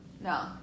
No